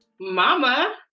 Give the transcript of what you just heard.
Mama